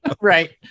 right